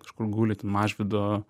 kažkur guli ten mažvydo